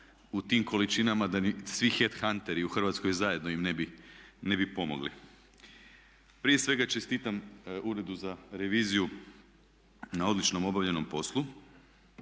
u tim količinama da ni svi hadhunteri u Hrvatskoj zajedno im ne bi pomogli. Prije svega čestitam Uredu za reviziju na odlično obavljenom poslu,